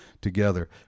together